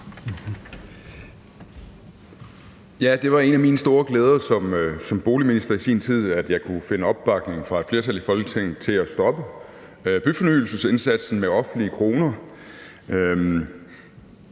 Det var en af mine store glæder som boligminister i sin tid, at jeg kunne finde opbakning fra et flertal i Folketinget til at stoppe byfornyelsesindsatsen med offentlige kroner.